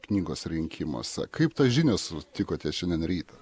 knygos rinkimuose kaip tą žinią sutikote šiandien ryt